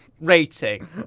rating